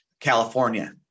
California